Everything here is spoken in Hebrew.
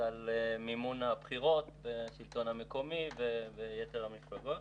על מימון הבחירות בשלטון המקומי ויתר המפלגות.